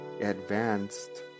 advanced